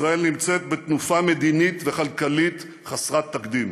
ישראל נמצאת בתנופה מדינית וכלכלית חסרת תקדים.